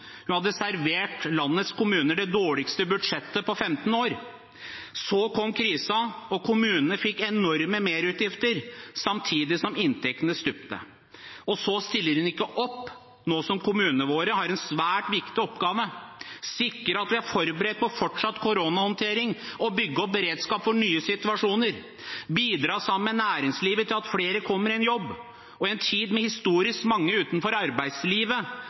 hun hadde servert landets kommuner det dårligste budsjettet på 15 år. Så kom krisen, og kommunene fikk enorme merutgifter samtidig som inntektene stupte. Og så stiller hun ikke opp nå som kommunene våre har en svært viktig oppgave: sikre at vi er forberedt på fortsatt koronahåndtering, bygge opp beredskap for nye situasjoner, bidra sammen med næringslivet til at flere kommer i en jobb, og – i en tid med historisk mange utenfor arbeidslivet